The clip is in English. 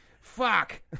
Fuck